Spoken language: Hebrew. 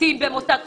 קטין במוסד חינוכי.